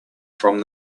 from